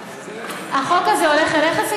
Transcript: החוק הזה הולך אליך?